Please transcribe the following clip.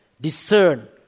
discern